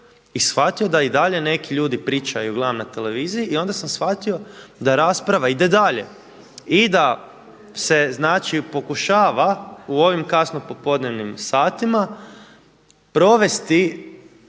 i shvatio da i dalje neki ljudi pričaju i gledam na televiziji i onda sam shvatio da rasprava ide dalje i da se pokušava u ovim kasnopopodnevnim satima provesti